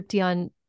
on